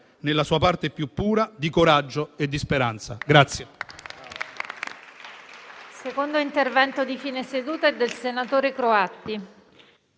nella sua parte più pura, di coraggio e di speranza».